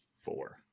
four